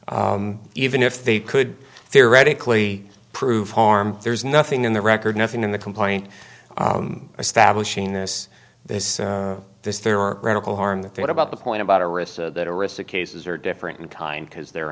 and even if they could theoretically prove harm there's nothing in the record nothing in the complaint establishing this this this there are radical harm that that about the point about a risk that arista cases are different in kind because they're